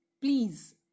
Please